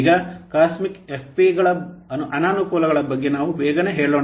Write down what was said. ಈಗ ಕಾಸ್ಮಿಕ್ ಎಫ್ಪಿಗಳ ಯಾವ ಅನಾನುಕೂಲಗಳ ಬಗ್ಗೆ ನಾವು ಬೇಗನೆ ಹೇಳೋಣ